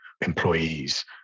employees